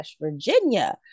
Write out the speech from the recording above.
Virginia